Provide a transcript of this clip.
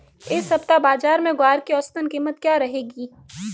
इस सप्ताह बाज़ार में ग्वार की औसतन कीमत क्या रहेगी?